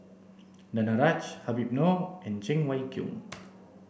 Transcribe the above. Danaraj Habib Noh and Cheng Wai Keung